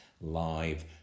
live